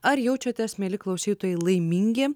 ar jaučiatės mieli klausytojai laimingi